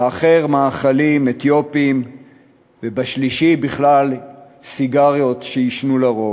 באחר מאכלים אתיופיים ובשלישי סיגריות שעישנו לרוב,